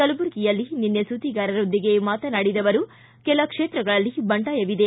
ಕಲಬುರಗಿಯಲ್ಲಿ ನಿನ್ನೆ ಸುದ್ದಿಗಾರರೊಂದಿಗೆ ಮಾತನಾಡಿದ ಅವರು ಕೆಲ ಕ್ಷೇತ್ರಗಳಲ್ಲಿ ಬಂಡಾಯವಿದೆ